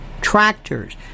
tractors